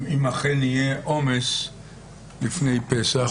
אם אכן יהיה עומס לפני פסח,